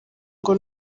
ngo